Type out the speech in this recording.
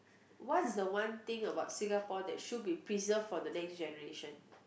what's the one thing about Singapore that should be preserved for the next generation